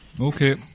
okay